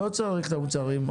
לא צריך את המוצרים.